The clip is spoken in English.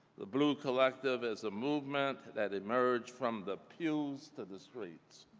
the bluu collective is a movement that emerged from the pews to the streets.